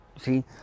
See